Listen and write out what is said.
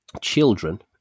children